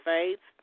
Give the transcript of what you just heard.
Faith